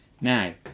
now